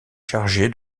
chargé